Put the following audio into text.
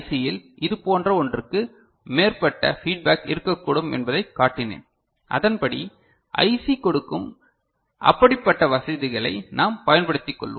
யில் இதுபோன்ற ஒன்றுக்கு மேற்பட்ட ஃபீட்பேக் இருக்கக்கூடும் என்பதைக் காட்டினேன் அதன்படி IC கொடுக்கும் அப்படிப்பட்ட வசதிகளை நாம் பயன்படுத்திக்கொள்வோம்